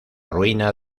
ruina